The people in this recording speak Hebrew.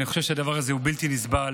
אני חושב שהדבר הזה הוא בלתי נסבל.